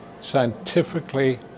scientifically